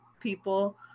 people